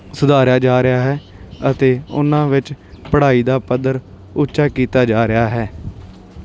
ਸੁਧਾਰਿਆ ਜਾ ਰਿਹਾ ਹੈ ਅਤੇ ਉਹਨਾਂ ਵਿੱਚ ਪੜ੍ਹਾਈ ਦਾ ਪੱਧਰ ਉੱਚਾ ਕੀਤਾ ਜਾ ਰਿਹਾ ਹੈ